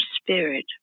spirit